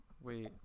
Wait